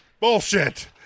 Bullshit